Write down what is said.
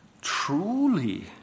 Truly